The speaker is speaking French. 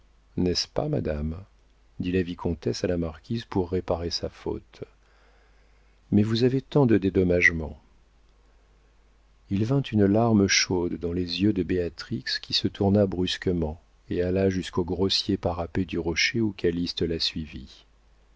n'est-ce pas madame dit la vicomtesse à la marquise pour réparer sa faute mais vous avez tant de dédommagements il vint une larme chaude dans les yeux de béatrix qui se tourna brusquement et alla jusqu'au grossier parapet du rocher où calyste la suivit